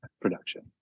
production